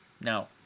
No